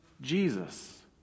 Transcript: Jesus